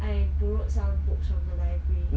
borrowed some books from the library